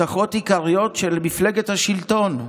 הבטחות עיקריות של מפלגת השלטון.